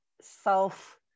self